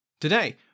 Today